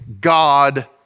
God